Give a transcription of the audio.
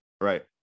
Right